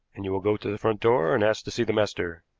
and you will go to the front door and ask to see the master.